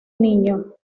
niño